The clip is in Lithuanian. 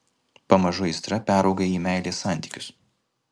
pamažu aistra perauga į meilės santykius